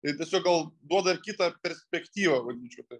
ir tiesiog gal duoda kitą perspektyvą vadinčiau taip